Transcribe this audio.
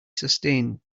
sustained